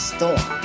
Storm